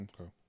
okay